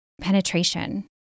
penetration